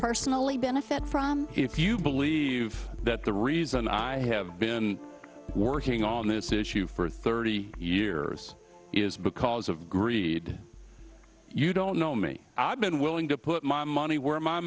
personally benefit from if you believe that the reason i have been working on this issue for thirty years is because of greed you don't know me i've been willing to put my money where